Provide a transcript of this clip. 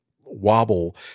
wobble